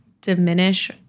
diminish